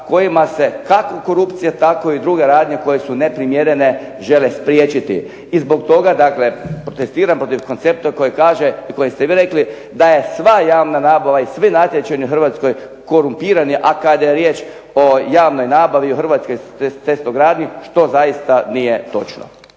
kojima se kako korupcija, tako i druge radnje koje su neprimjerene žele spriječiti. I zbog toga dakle protestiram koji kaže i koji ste vi rekli da je sva javna nabava i svi natječaji u Hrvatskoj korumpirani. A kada je riječ o javnoj nabavi i Hrvatskoj cestogradnji što zaista nije točno.